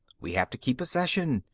we have to keep possession.